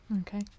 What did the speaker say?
Okay